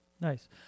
Nice